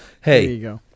Hey